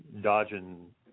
dodging